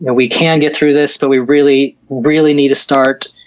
and we can get through this, but we really really need to start